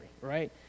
right